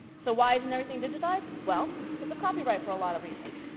so why isn't everything digitized? well, because of copyright for a lot of reasons.